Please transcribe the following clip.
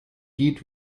geht